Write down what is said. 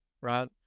right